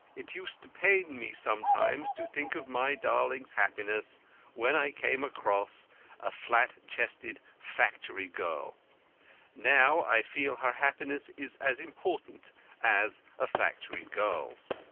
it used to pain me sometimes to think of my darling's happiness when i came across a flat-chested factory-girl. now i feel her happiness is as important as a factory-girl's.